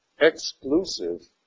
exclusive